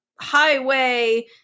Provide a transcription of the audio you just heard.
highway